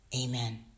amen